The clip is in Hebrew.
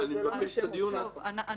אני מבקש את הדיון עצמו.